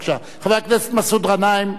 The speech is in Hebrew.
בבקשה, חבר הכנסת מסעוד גנאים.